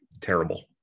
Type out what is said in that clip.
terrible